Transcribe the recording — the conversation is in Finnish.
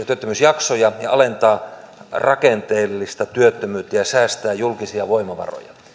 työttömyysjaksoja ja alentaa rakenteellista työttömyyttä ja säästää julkisia voimavaroja